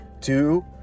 two